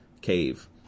cave